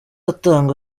atanga